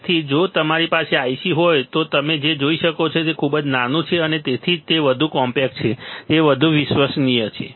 તેથી જો તમારી પાસે IC હોય તો તમે જે જોઈ શકો છો તે ખૂબ જ નાનું છે અને તેથી જ તે વધુ કોમ્પેક્ટ છે તે વધુ વિશ્વસનીય છે